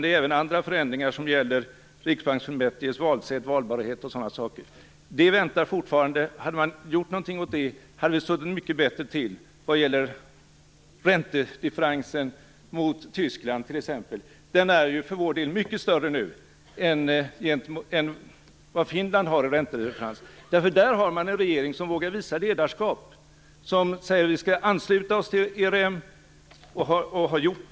Det är även andra förändringar som gäller sättet att välja Riksbanksfullmäktige, valbarhet och sådant. Det väntar vi fortfarande på. Hade socialdemokraterna gjort något åt detta hade vi legat mycket bättre till vad gäller räntedifferensen mot t.ex. Tyskland. Den är nu mycket större för Sverige än vad den är för Finland. Där finns det en regering som vågar visa ledarskap. Man säger att man skall ansluta sig till ERM. Det har man också gjort.